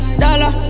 dollar